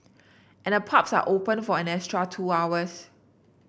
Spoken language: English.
and the pubs are open for an extra two hours